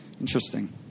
Interesting